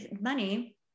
money